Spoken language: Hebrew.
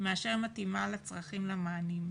מאשר מתאימה לצרכים ולמענים.